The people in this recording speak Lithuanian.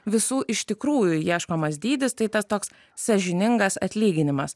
visų iš tikrųjų ieškomas dydis tai tas toks sąžiningas atlyginimas